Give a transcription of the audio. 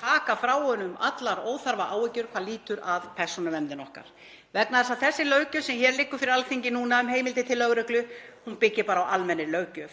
taka frá honum allar óþarfaáhyggjur sem lúta að persónuverndinni okkar vegna þess að þessi löggjöf sem hér liggur fyrir Alþingi núna um heimildir til lögreglu byggir bara á almennri löggjöf.